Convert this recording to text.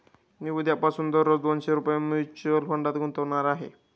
मी उद्यापासून दररोज दोनशे रुपये म्युच्युअल फंडात गुंतवणार आहे